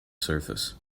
surface